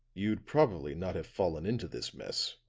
you'd probably not have fallen into this mess,